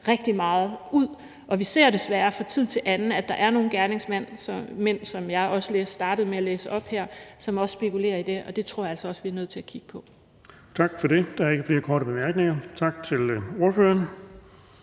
rigtig meget ud, og vi ser desværre fra tid til anden, at der er nogle gerningsmænd, som jeg også startede med at læse op her, som spekulerer i det, og det tror jeg altså også vi er nødt til at kigge på. Kl. 13:30 Den fg. formand (Erling Bonnesen): Tak for det. Der er ikke flere korte bemærkninger. Tak til ordføreren.